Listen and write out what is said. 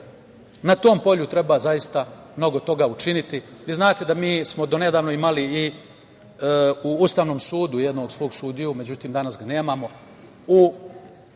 na tom polju treba zaista mnogo toga učiniti. Vi znate da smo mi do nedavno imali i u Ustavnom sudu jednog svog sudiju, međutim, danas ga nemamo, u visokom